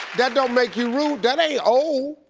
that don't make you rude. that ain't old,